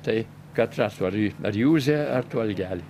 tai katras tu ar ar juzė ar tu algelį